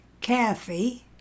Kathy